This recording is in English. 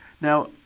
Now